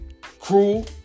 cruel